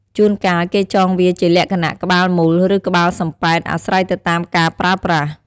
ជួនកាលគេចងវាជាលក្ខណៈ ក្បាលមូល ឬ ក្បាលសំប៉ែត អាស្រ័យទៅតាមការប្រើប្រាស់។